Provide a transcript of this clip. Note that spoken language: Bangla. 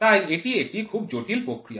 তাই এটি একটি খুব জটিল প্রক্রিয়া